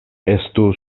estu